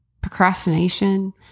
procrastination